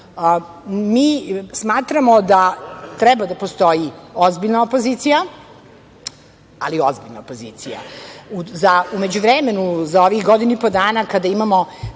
smatramo da treba da postoji ozbiljna opozicija, ali ozbiljna opozicija. U međuvremenu, za ovih godinu i po dana, kada imamo